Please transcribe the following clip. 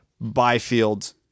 Byfield